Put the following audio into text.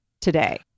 today